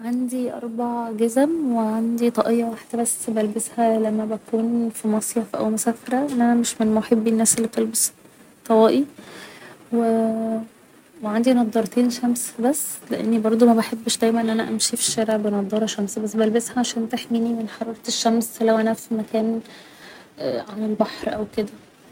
عندي اربع جزم و عندي طقية واحدة بس بلبسها لما بكون في مصيف او مسافرة لأني مش من محبي الناس اللي بتلبس طواقي و و عندي نضارتين شمس بس لأني برضه مبحبش دايما ان أنا امشي في الشارع بنضارة شمس بس بلبسها عشان تحميني من حرارة الشمس لو أنا في مكان على البحر او كده